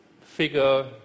figure